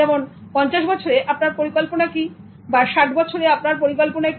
যেমন 50 বছরে আপনার পরিকল্পনা কি বা 60 বছরে আপনার পরিকল্পনা কি